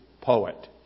poet